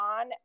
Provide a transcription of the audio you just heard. on